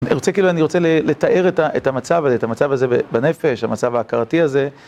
אני רוצה כאילו, אני רוצה לתאר את המצב הזה, את המצב הזה בנפש, המצב ההכרתי הזה.